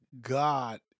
God